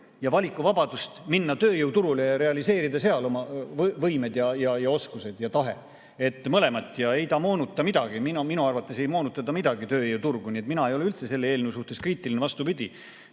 ja valikuvabadust minna tööjõuturule ja realiseerida oma võimeid, oskusi ja tahet. Mõlemat. Ei ta moonuta midagi. Minu arvates ei moonuta ta midagi tööjõuturgu. Nii et mina ei ole üldse selle eelnõu suhtes kriitiline. Vastupidi,